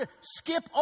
skip